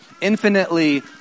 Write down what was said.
infinitely